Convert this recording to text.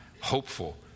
hopeful